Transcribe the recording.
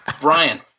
Brian